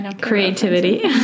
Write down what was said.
Creativity